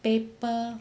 paper